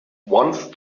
once